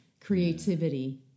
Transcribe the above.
creativity